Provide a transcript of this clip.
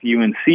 UNC